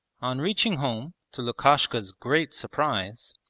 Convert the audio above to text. on reaching home, to lukashka's great surprise,